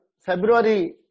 February